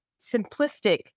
simplistic